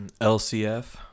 LCF